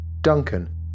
Duncan